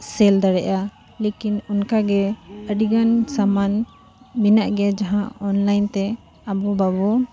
ᱥᱮᱞ ᱫᱟᱲᱮᱭᱟᱜᱼᱟ ᱞᱮᱠᱤᱱ ᱚᱱᱠᱟ ᱜᱮ ᱟᱹᱰᱤ ᱜᱟᱱ ᱥᱟᱢᱟᱱ ᱢᱮᱱᱟᱜ ᱜᱮᱭᱟ ᱡᱟᱦᱟᱸ ᱚᱱᱞᱟᱭᱤᱱ ᱛᱮ ᱟᱵᱚ ᱵᱟᱵᱚᱱ